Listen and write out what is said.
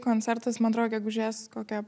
koncertas man atrodo gegužės kokia